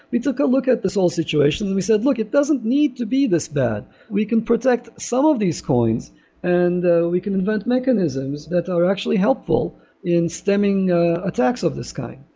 we took a look at this whole situation. we said, look, it doesn't need to be this bad. we can protect some of these coins and ah we can invent mechanisms that are actually helpful in stemming attacks of this kind.